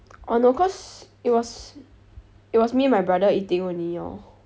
oh no cause it was it was me and my brother eating only orh